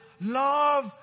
love